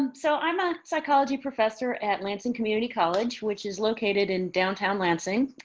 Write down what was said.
um so i'm a psychology professor at lansing community college which is located in downtown lansing.